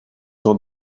dans